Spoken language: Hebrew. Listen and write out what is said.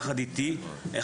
יחד איתי,